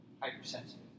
hypersensitive